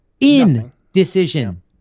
indecision